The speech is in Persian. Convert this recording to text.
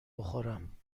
بخورم